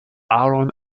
aaron